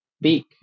beak